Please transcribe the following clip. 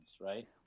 right